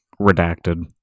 Redacted